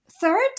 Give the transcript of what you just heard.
Third